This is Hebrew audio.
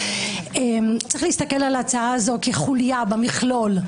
צריך להסתכל על ההצעה כחולייה במכלול.